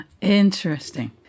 Interesting